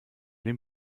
den